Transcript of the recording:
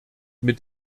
mit